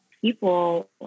people